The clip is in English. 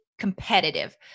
competitive